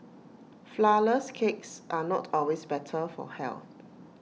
Flourless Cakes are not always better for health